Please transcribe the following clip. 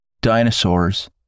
dinosaurs